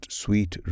sweet